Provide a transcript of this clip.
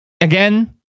again